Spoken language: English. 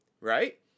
right